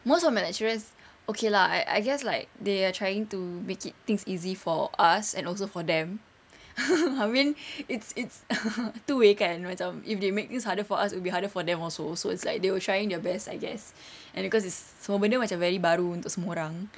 most of my lecturers okay lah I I guess like they are trying to make it things easy for us and also for them I mean it's it's two-way kan macam if they make things harder for us it will be harder for them also so it's like they were trying their best I guess and cause it's semua benda macam very baru untuk semua orang